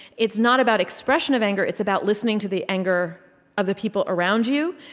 it's not about expression of anger it's about listening to the anger of the people around you,